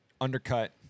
Undercut